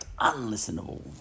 unlistenable